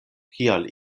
kial